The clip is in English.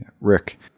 Rick